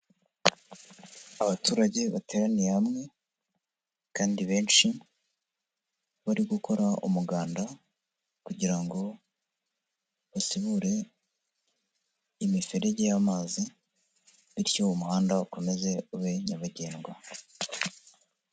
Abaturage bateraniye hamwe kandi benshi bari gukora umuganda, kugira ngo basibure imiferege y'amazi, bityo uwo muhanda ukomeze ube nyabagendwa.